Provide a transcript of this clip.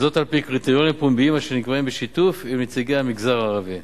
על-פי קריטריונים פומביים אשר נקבעים בשיתוף עם נציגי המגזר הערבי.